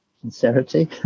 sincerity